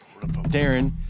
Darren